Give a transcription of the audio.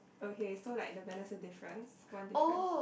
okay so like the banner's a difference one difference